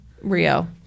Rio